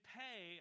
pay